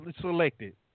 Selected